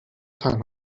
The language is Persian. تنها